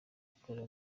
ikora